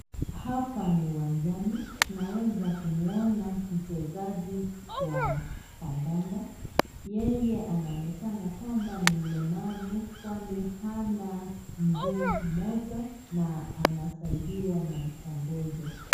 Hapa ni uwanjani tunaweza kumwona mchezaji wa kandanda Yeye anaonekana kwamba ni mlemavu kwani Hana mkuu moja na anasaidiwa na mgongojo.